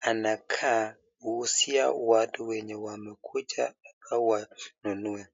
anakauzia watu wenye wamekuja kununua.